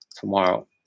tomorrow